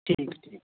ठीक है ठीक